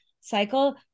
cycle